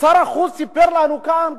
שר החוץ סיפר לנו כאן,